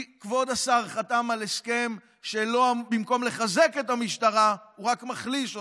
כי כבוד השר חתם על הסכם שבו במקום לחזק את המשטרה הוא רק מחליש אותה.